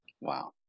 Wow